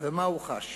ומה הוא חש.